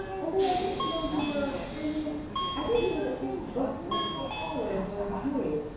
only i didn't know you were i mean i didn't know that miss brooks's caller was you.